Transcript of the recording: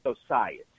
society